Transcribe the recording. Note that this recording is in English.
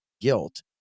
guilt